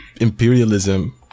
imperialism